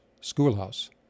schoolhouse